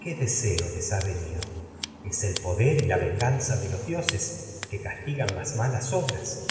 qué deseo les ha venido castigan es el poder y la venganza las de los dioses que malas obras